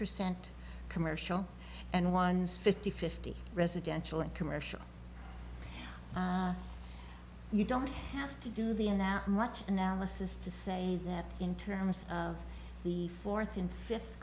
percent commercial and ones fifty fifty residential and commercial you don't have to do the in out much analysis to say that in terms of the fourth and fifth